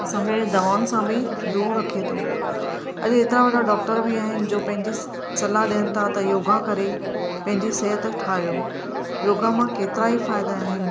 असांखे दवाउनि सां बि दूरि रखे थो अजु॒ ऐतिरा वडा॒ डाक्टर बि आहिनि जो पंहिंजी सलाह़ डि॒यनि था त योगा करे पंहिंजी सेहत ठाहियो योगा मां केतिरा ई फ़ाइदा आहिनि